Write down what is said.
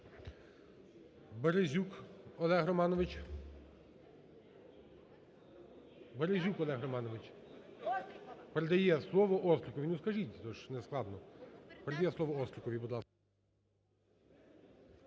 Березюк Олег Романович. Передає слово Остріковій,